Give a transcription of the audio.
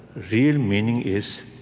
real meaning is